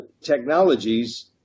technologies